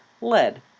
lead